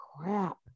crap